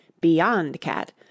beyond-cat